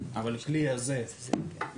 אבל הכלי הזה יורה,